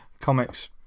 comics